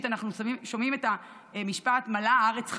אנחנו שומעים את המשפט "מלאה הארץ חמס"